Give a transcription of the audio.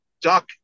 duck